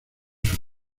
sus